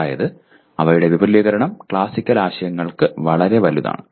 അതായത് അവയുടെ വിപുലീകരണം ക്ലാസിക്കൽ ആശയങ്ങൾക്ക് വളരെ വലുതാണ്